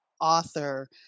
author